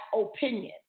opinion